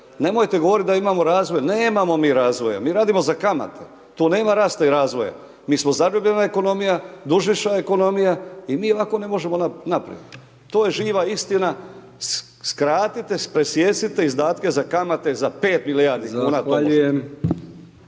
nemojte govoriti da imamo razvoj, nemamo mi razvoja, mi radimo za kamate, tu nema rasta i razvoja, mi smo zarobljena ekonomija, dužnička ekonomija i mi ovako ne možemo naprijed, to je živa istina. Skratite, presijecite izdatke za kamate za 5 milijardi kuna.